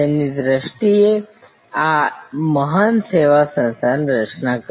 તેમની દ્રષ્ટિએ જ આ મહાન સેવા સંસ્થાની રચના કરી